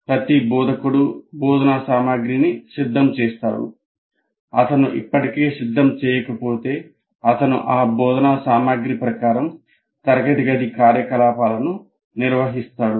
ప్రతి బోధకుడు బోధనా సామగ్రిని సిద్ధం చేస్తాడు అతను ఇప్పటికే సిద్ధం చేయకపోతే అతను ఆ బోధనా సామగ్రి ప్రకారం తరగతి గది కార్యకలాపాలను నిర్వహిస్తాడు